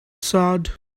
sad